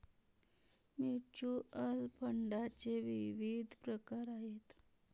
mutual फंडाचे विविध प्रकार आहेत